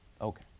Okay